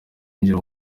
yinjira